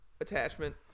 attachment